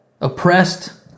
Oppressed